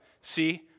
See